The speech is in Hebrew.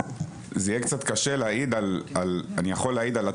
אני יכול להעיד על עצמי,